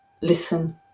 listen